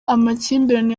amakimbirane